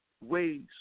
ways